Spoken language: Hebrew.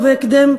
ובהקדם,